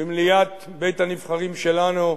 במליאת בית-הנבחרים שלנו,